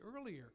earlier